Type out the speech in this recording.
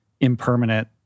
impermanent